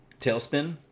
Tailspin